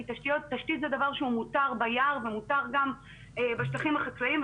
כי תשתית היא דבר שמותר ביער ומותר גם בשטחים החקלאיים,